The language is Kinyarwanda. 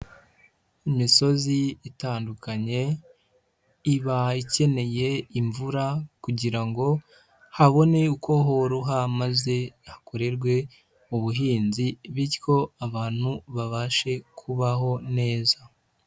Imisozi itandukanye iba ikeneye imvura, kugira ngo habone uko horoha maze hakorerwe ubuhinzi, bityo abantu babashe kubaho neza.